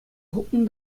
хупнӑ